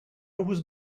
was